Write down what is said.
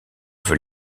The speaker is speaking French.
veut